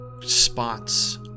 Spots